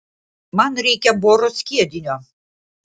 man reikia boro skiedinio